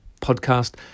podcast